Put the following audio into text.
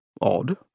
Odd